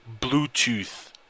Bluetooth